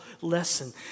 lesson